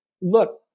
look